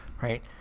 Right